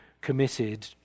committed